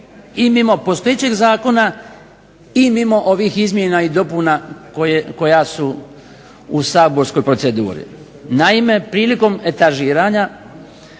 i mimo postojećeg zakona i mimo ovih izmjena i dopuna koja su u Saborskoj proceduri. Naime, prilikom etažiranja